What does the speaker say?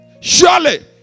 Surely